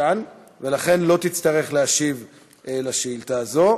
ולכן לא תצטרך להשיב על השאילתה הזאת.